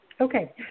Okay